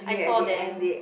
I saw them